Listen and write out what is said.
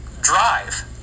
drive